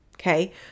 Okay